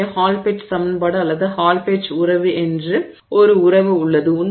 எனவே Hall Petch சமன்பாடு அல்லது ஹால் பெட்ச் உறவு என்று ஒரு உறவு உள்ளது